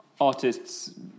artists